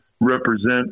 represent